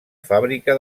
fàbrica